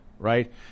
Right